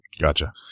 Gotcha